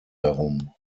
darum